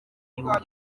gihumbi